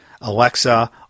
Alexa